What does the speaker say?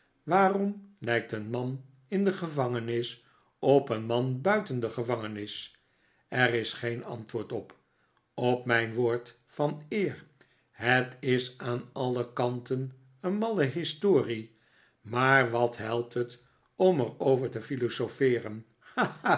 waarom lijkt een man in de gevangenis op een man buiten de gevangenis er is geen antwoord op op mijn woord van eer het is aan alle kanten een malle historie maar wat helpt het om er over te